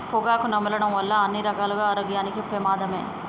పొగాకు నమలడం వల్ల అన్ని రకాలుగా ఆరోగ్యానికి పెమాదమే